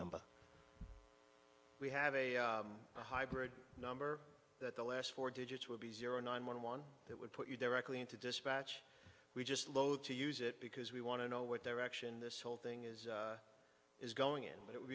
number we have a hybrid number that the last four digits will be zero nine one one that would put you directly into dispatch we just loathe to use it because we want to know what their action this whole thing is is going in but it would